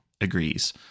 agrees